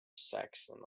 saxon